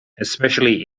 especially